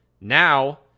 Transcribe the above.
Now